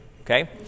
okay